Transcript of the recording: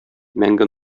мәңге